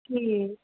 ਠੀਕ